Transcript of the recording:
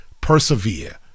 persevere